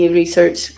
research